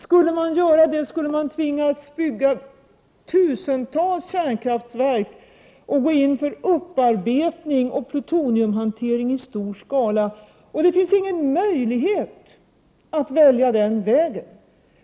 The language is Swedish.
Skulle man göra så skulle man tvingas bygga tusentals kärnkraftverk och börja med upparbetning och plutoniumhantering i stor skala. Det finns ingen möjlighet att välja den vägen.